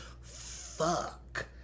Fuck